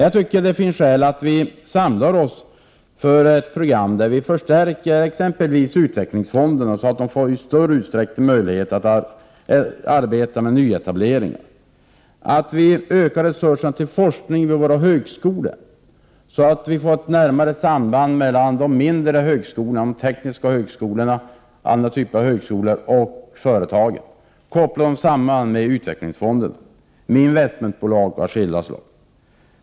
Jag tycker att det finns skäl för oss att samla oss kring ett program som innebär att vi förstärker t.ex. utvecklingsfonderna, så att de i större utsträckning får möjlighet att arbeta med nyetableringar, och att vi ökar resurserna till forskning vid våra högskolor, så att vi får ett närmare samband mellan de mindre högskolorna — de tekniska högskolorna och andra typer av högskolor — och företagen, så att de kopplas samman med utvecklingsfonderna och med investmentbolag av skilda slag.